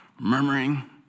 murmuring